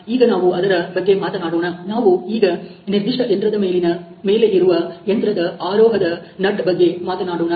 ಈಗ ನಾವು ಅದರ ಬಗ್ಗೆ ಮಾತನಾಡೋಣ ನಾವು ಈಗ ನಿರ್ದಿಷ್ಟ ಯಂತ್ರದ ಮೇಲಿನ ಮೇಲೆ ಇರುವ ಯಂತ್ರದ ಆರೋಹದ ನಟ್ ಬಗ್ಗೆ ಮಾತನಾಡೋಣ